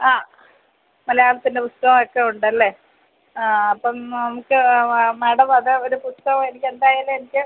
ആ മലയാളത്തിൻ്റെ പുസ്തകമൊക്കെ ഉണ്ടല്ലേ ആ അപ്പം നമുക്ക് ആ മാഡം അത് ഒരു പുസ്തകം എനിക്ക് എന്തായാലും എനിക്ക്